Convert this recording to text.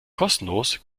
kostenlos